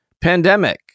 pandemic